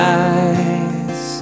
eyes